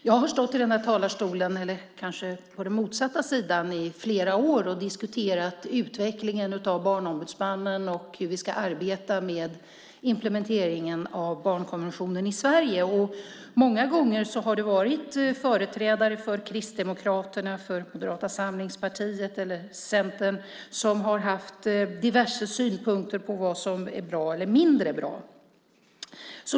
Jag har stått i den här talarstolen - eller snarare i talarstolen på den motsatta sidan - i flera år och diskuterat utvecklingen av Barnombudsmannen och hur vi ska arbeta med implementeringen av barnkonventionen i Sverige. Många gånger har det varit företrädare för Kristdemokraterna, Moderata samlingspartiet eller Centern som har haft diverse synpunkter på vad som är bra eller mindre bra.